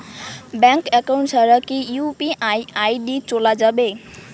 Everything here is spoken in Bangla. ব্যাংক একাউন্ট ছাড়া কি ইউ.পি.আই আই.ডি চোলা যাবে?